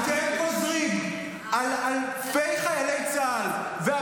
אתם גוזרים על אלפי חיילי צה"ל ועל